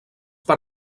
per